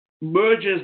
merges